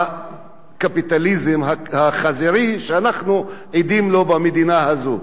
הקפיטליזם החזירי שאנחנו עדים לו במדינה הזו.